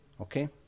Okay